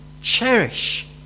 cherish